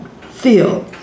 feel